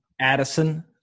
Addison